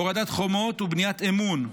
הורדת חומות ובניית אמון,